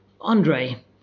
Andre